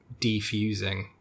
defusing